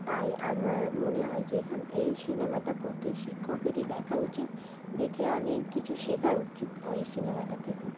তাই আমার মনে হয় যে এখান এই সিনেমাটা প্রত্যেক শিক্ষকেরই দেখা উচিত দেখে অনেক কিছু শেখা উচিত ওই সিনেমাটা থেকে